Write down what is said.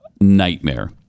nightmare